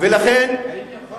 ולכן, סליחה?